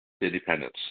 independence